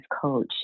coach